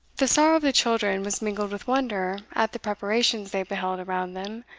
the sorrow of the children was mingled with wonder at the preparations they beheld around them,